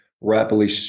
rapidly